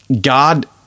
God